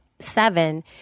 seven